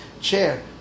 chair